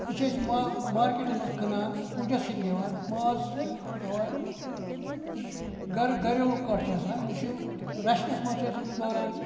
یہِ چھِ أسۍ ما مارکیٹَس منٛز کٕنان پُجَس چھِن دِوان ماز ہٮ۪وان یہِ چھِ گَرٕ گریلوٗ کَٹھ چھِ آسان أمِس چھُ رَچھنَس منٛز چھِ أسۍ أمِس دوران